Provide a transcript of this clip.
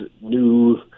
new